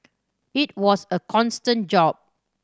it was a constant job